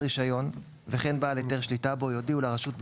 רישיון וכן בעל היתר שליטה בו יודיעו לרשות,